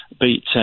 beat